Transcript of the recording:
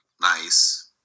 Nice